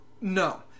No